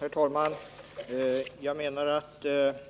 Herr talman! Jag tycker att det